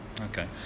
Okay